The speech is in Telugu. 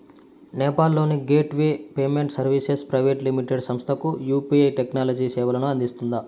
నేపాల్ లోని gateway payment services private limited సంస్థకు యు.పి.ఐ టెక్నాలజీ సేవలను అందిస్తుందా?